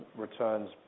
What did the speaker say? returns